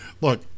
look